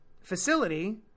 facility